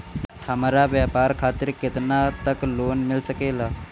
हमरा व्यापार खातिर केतना तक लोन मिल सकेला?